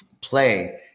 play